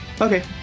Okay